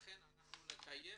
לכן אנחנו נקיים